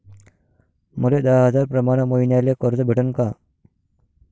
मले दहा हजार प्रमाण मईन्याले कर्ज भेटन का?